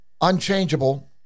unchangeable